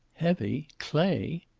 heavy! clay!